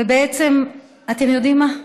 ובעצם, אתם יודעים מה,